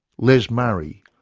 les murray,